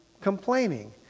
complaining